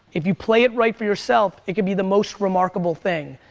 if you play it right for yourself, it can be the most remarkable thing.